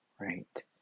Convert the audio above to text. right